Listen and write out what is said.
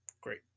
Great